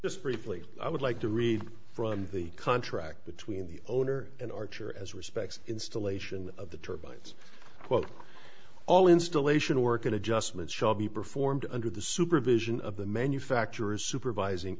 just briefly i would like to read from the contract between the owner and archer as respects installation of the turbines quote all installation work and adjustments shall be performed under the supervision of the manufacturer's supervising